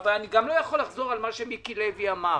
אבל גם לא יכול לחזור על מה שמיקי לוי אמר.